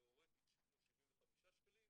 תיאורטית, שילמו 75 שקלים